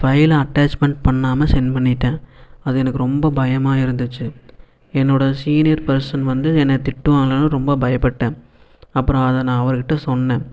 ஃபைலை அட்டாச்மெண்ட் பண்ணாமல் சென்ட் பண்ணிவிட்டேன் அது எனக்கு ரொம்ப பயமாக இருந்துச்சு என்னோட சீனியர் பர்சன் வந்து என்ன திட்டுவாங்களான்னு ரொம்ப பயப்பட்டேன் அப்புறம் அதை நான் அவர்கிட்ட சொன்னேன்